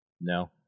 No